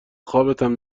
خوابتم